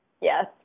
Yes